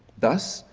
thus,